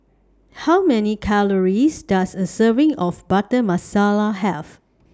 How Many Calories Does A Serving of Butter Masala Have